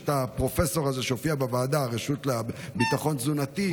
יש את הפרופסור הזה שהופיע בוועדה מהרשות לביטחון תזונתי,